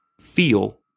feel